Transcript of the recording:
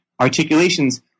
articulations